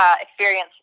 experience